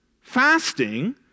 Fasting